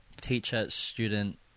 teacher-student